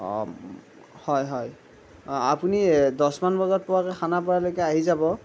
অঁ হয় হয় আপুনি দচমান বজাত পোৱাকৈ খানাপাৰালৈকে আহি যাব